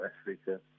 Africa